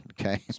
Okay